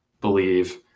believe